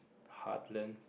harden